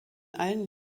allen